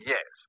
Yes